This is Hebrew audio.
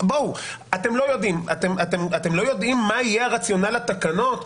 אתם לא יודעים מה יהיה רציונל התקנות,